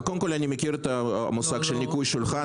אני מכיר את המושג של ניקוי שולחן.